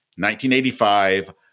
1985